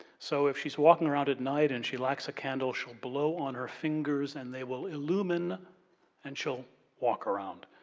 so, if she's walking around at night and she lacks a candle she'll blow on her fingers and they will illumine and she'll walk around.